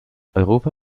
europa